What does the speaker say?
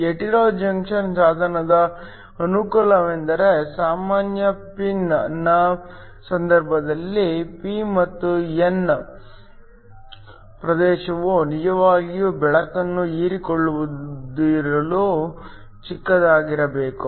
hetero junction ಸಾಧನದ ಅನುಕೂಲವೆಂದರೆ ಸಾಮಾನ್ಯ ಪಿನ್ನ ಸಂದರ್ಭದಲ್ಲಿ ಪಿ ಮತ್ತು ಎನ್ ಪ್ರದೇಶವು ನಿಜವಾಗಿಯೂ ಬೆಳಕನ್ನು ಹೀರಿಕೊಳ್ಳದಿರಲು ಚಿಕ್ಕದಾಗಿರಬೇಕು